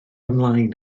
ymlaen